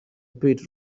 pit